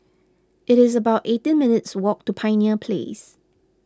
it is about eighteen minutes' walk to Pioneer Place